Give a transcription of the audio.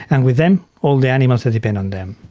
and with them, all the animals that depend on them.